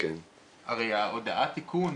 הרי הודעת האיכון